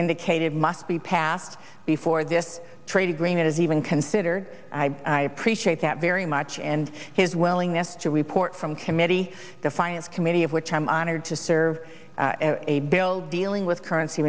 indicated must be passed before this trade agreement is even considered i appreciate that very much and his willingness to report from committee the finance committee of which i'm honored to serve a bill dealing with currency